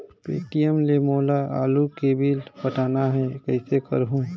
Paytm ले मोला आलू के बिल पटाना हे, कइसे करहुँ?